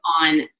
on